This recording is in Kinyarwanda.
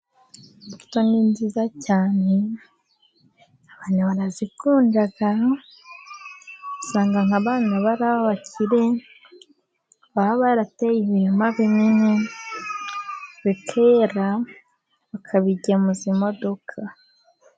Imbuto ni nziza cyane, abantu barazikunda, usanga nk'abanyu baba ari abakire, baba barateye ibirima binini bikera, bakabigemuza imodoka.